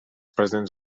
presents